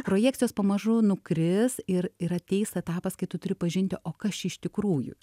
projekcijos pamažu nukris ir ir ateis etapas kai tu turi pažinti o kas čia iš tikrųjų